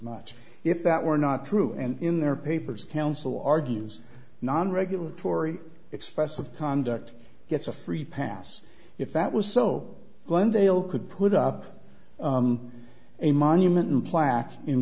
much if that were not true and in their papers counsel argues non regulatory expressive conduct gets a free pass if that was so glendale could put up a monument